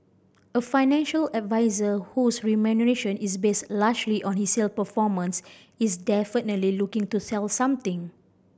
a financial advisor whose remuneration is based largely on his sale performance is definitely looking to sell something